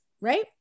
right